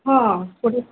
ହଁ କୋଡ଼ିଏ